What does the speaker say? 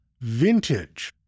Vintage